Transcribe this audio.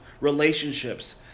relationships